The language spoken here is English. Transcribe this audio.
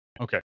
Okay